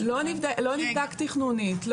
לא נבדקה תכנונית.